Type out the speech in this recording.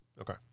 Okay